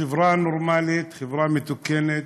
בחברה נורמלית, חברה מתוקנת,